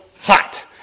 hot